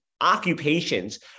occupations